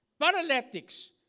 paralytics